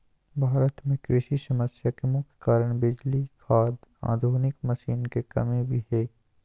भारत में कृषि समस्या के मुख्य कारण बिजली, खाद, आधुनिक मशीन के कमी भी हय